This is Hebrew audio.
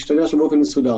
השאלה איך לקיים חתונות